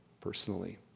personally